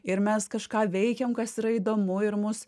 ir mes kažką veikiam kas yra įdomu ir mus